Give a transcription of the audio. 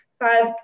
Five